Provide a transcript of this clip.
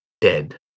dead